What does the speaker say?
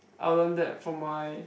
I learn that from my